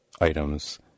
items